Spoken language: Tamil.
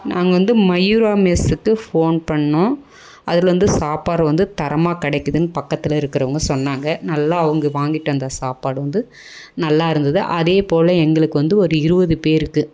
நாங்கள் வந்து மயூரா மெஸ்ஸுக்கு ஃபோன் பண்ணோம் அதில் வந்து சாப்பாடு வந்து தரமாக கிடைக்குதுனு பக்கத்தில் இருக்கிறவங்க சொன்னாங்க நல்லா அவங்க வாங்கிட்டு வந்த சாப்பாடு வந்து நல்லா இருந்தது அதே போல் எங்களுக்கு வந்து ஒரு இருபது பேருக்கு